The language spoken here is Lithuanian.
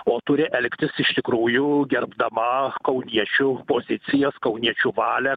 o turi elgtis iš tikrųjų gerbdama kauniečių pozicijas kauniečių valią